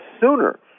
sooner